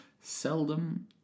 Seldom